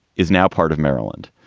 is now part of maryland.